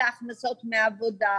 אלא הכנסות מעבודה,